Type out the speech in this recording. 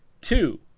two